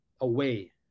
away